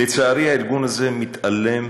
לצערי, הארגון הזה מתעלם